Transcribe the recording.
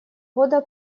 года